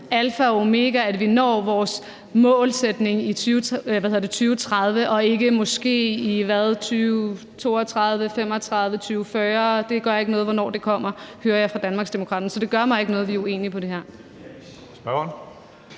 alfa og omega, at vi når vores målsætning i 2030 og ikke måske i 2032, 2035, 2040, fordi det gør ikke noget, hvornår det kommer, hører jeg Danmarksdemokraterne sige. Det gør mig ikke noget, at vi er uenige om det her. Kl.